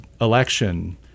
election